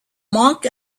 monk